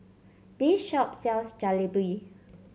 this shop sells Jalebi